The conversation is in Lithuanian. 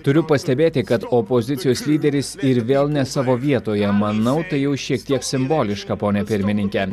turiu pastebėti kad opozicijos lyderis ir vėl ne savo vietoje manau tai jau šiek tiek simboliška pone pirmininke